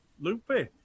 loopy